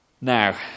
Now